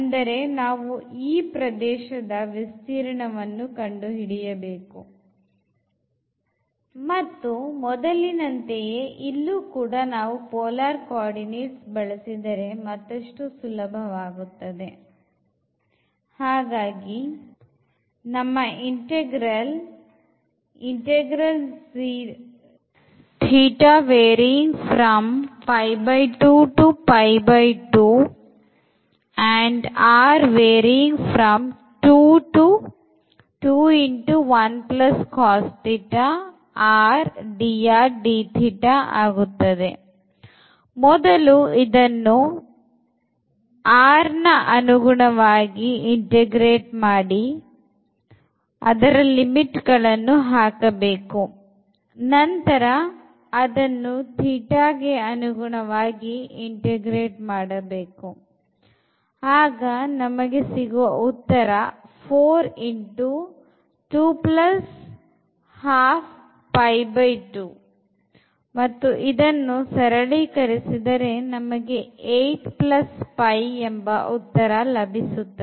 ಅಂದರೆ ನಾವು ಈ ಪ್ರದೇಶದ ವಿಸ್ತೀರ್ಣವನ್ನು ಕಂಡು ಹಿಡಿಯಬೇಕು ಮತ್ತು ಮೊದಲಿನಂತೆಯೇ ಇಲ್ಲೂ ಕೂಡ ನಾವು polar coordinates ಬಳಸಿದರೆ ಮತ್ತಷ್ಟು ಸುಲಭವಾಗುತ್ತದೆ